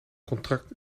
contract